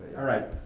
alright,